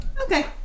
Okay